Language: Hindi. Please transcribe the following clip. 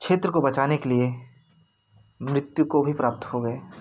क्षेत्र को बचाने के लिए मृत्यु को भी प्राप्त हो गए